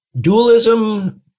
Dualism